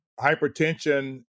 hypertension